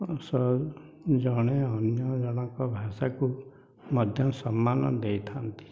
ଅସହ ଜଣେ ଅନ୍ୟ ଜଣଙ୍କ ଭାଷାକୁ ମଧ୍ୟ ସମ୍ମାନ ଦେଇଥାନ୍ତି